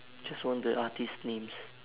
just one of the artist names